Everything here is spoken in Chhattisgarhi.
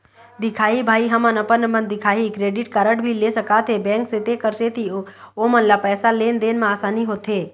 दिखाही भाई हमन अपन अपन दिखाही क्रेडिट कारड भी ले सकाथे बैंक से तेकर सेंथी ओमन ला पैसा लेन देन मा आसानी होथे?